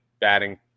batting